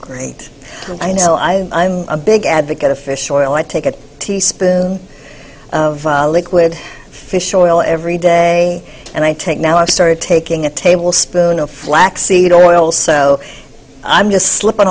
great i know i i'm a big advocate of fish oil i take a teaspoon of liquid fish oil every day and i take now i started taking a tablespoon of flax seed oil so i'm just slipping